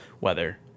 weather